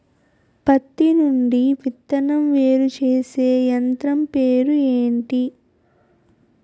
పత్తి నుండి విత్తనం వేరుచేసే యంత్రం పేరు ఏంటి